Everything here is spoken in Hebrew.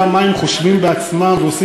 ואני יודע מה הם חושבים בעצמם ועושים